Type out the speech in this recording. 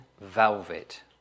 velvet